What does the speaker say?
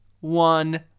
one